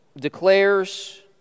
declares